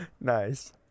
nice